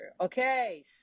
okay